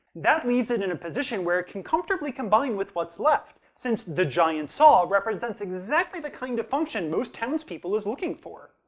that leaves it in a position where it can comfortably combine with what's left, since the giant saw represents exactly the kind of function most townspeople is looking for.